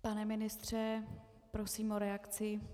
Pane ministře, prosím o reakci.